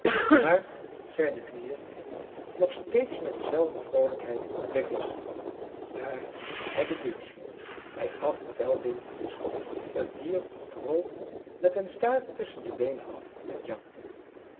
maar zijne knieën nog steeds met dezelfde vroolijkheid bleef lastig vallen daar hij de deur sloot hij gaf veldin een schop het dier droop met den staart tusschen de beenen af en jankte